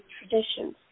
traditions